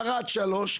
ערד 3,